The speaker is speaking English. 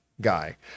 guy